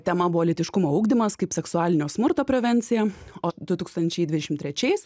tema buvo lytiškumo ugdymas kaip seksualinio smurto prevencija o du tūkstančiai dvidešim trečiais